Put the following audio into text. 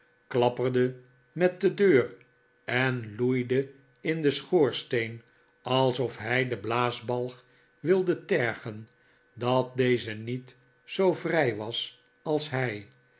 smidse klapperde met de deur en loeide in den schoorsteen alsof hij den blaasbalg wilde tergen dat deze niet zoo vrij was als hij